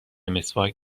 مسواک